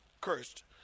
cursed